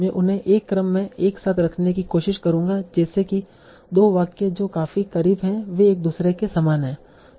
मैं उन्हें एक क्रम में एक साथ रखने की कोशिश करूंगा जैसे कि 2 वाक्य जो काफी करीब हैं वे एक दूसरे के समान हैं